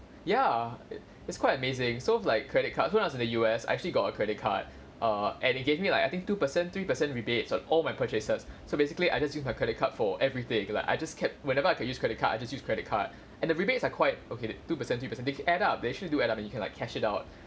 ya it it's quite amazing so like credit cards so when I was in the U_S I actually got a credit card err and it gave me like I think two percent three percent rebates on all my purchases so basically I just use my credit card for everything like I just kept whenever I can use credit card I just use credit card and the rebates are quite okay two percent three percent they can add up they actually do add up you can like cash it out